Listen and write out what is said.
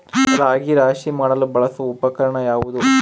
ರಾಗಿ ರಾಶಿ ಮಾಡಲು ಬಳಸುವ ಉಪಕರಣ ಯಾವುದು?